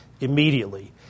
immediately